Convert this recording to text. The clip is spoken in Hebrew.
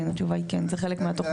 כן, התשובה היא כן, זה חלק מהתוכנית.